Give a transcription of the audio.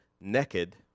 naked